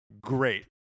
great